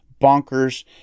bonkers